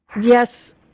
Yes